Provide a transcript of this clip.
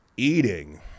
eating